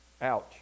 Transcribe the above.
Ouch